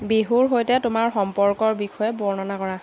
বিহুৰ সৈতে তোমাৰ সম্পৰ্কৰ বিষয়ে বৰ্ণনা কৰা